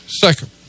Second